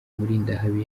murindahabi